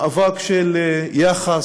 מאבק של יחס,